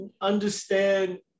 understand